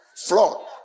Floor